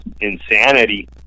insanity